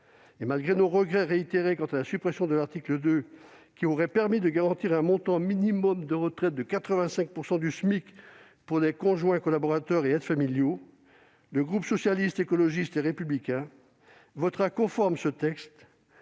et malgré nos regrets réitérés quant à la suppression de l'article 2 qui aurait permis de garantir un montant minimal de retraite à 85 % du SMIC aux conjoints collaborateurs et aux aides familiaux, le groupe Socialiste, Écologiste et Républicain votera ce texte